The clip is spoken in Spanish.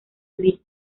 league